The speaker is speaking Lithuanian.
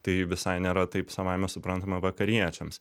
tai visai nėra taip savaime suprantama vakariečiams